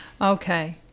Okay